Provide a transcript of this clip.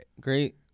Great